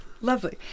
lovely